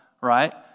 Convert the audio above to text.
Right